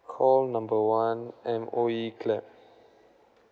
call number one M_O_E clap